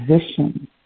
position